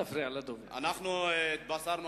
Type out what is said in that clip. חברי הכנסת, אדוני השר,